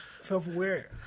self-aware